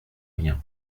rien